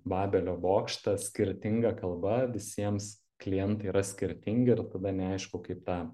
babelio bokštą skirtinga kalba visiems klientai yra skirtingi ir tada neaišku kaip tą